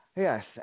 Yes